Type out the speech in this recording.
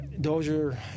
Dozier